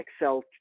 Excel